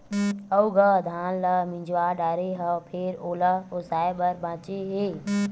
अउ गा धान ल मिजवा डारे हव फेर ओला ओसाय बर बाचे हे